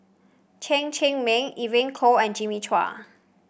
Chen Cheng Mei Evon Kow and Jimmy Chua